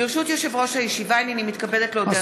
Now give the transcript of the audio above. ברשות יושב-ראש הישיבה, הנני מתכבדת להודיע,